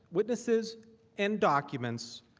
witnesses and documents,